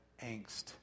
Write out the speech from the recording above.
angst